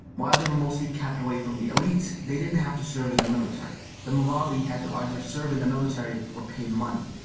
while they were mostly kept away from the elites, they didn't have to serve in the military. the mawali had to either serve in the military or pay money,